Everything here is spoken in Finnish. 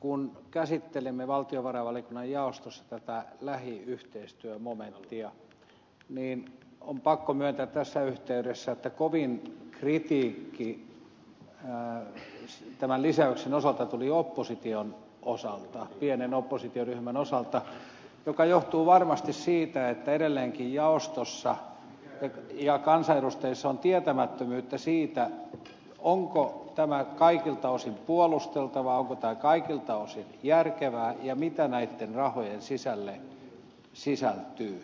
kun käsittelimme valtiovarainvaliokunnan jaostossa tätä lähiyhteistyömomenttia niin on pakko myöntää tässä yhteydessä että kovin kritiikki tämän lisäyksen osalta tuli opposition osalta pienen oppositioryhmän osalta mikä johtuu varmasti siitä että edelleenkin jaostossa ja kansanedustajissa on tietämättömyyttä siitä onko tämä kaikilta osin puolusteltavaa onko tämä kaikilta osin järkevää ja mitä näitten rahojen sisälle sisältyy